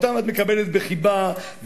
אותם את מקבלת בחיבה,